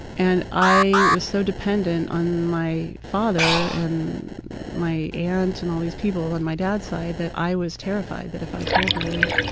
and i was so dependent on my father and my aunt and all these people on my dad's side that i was terrified that if i told them,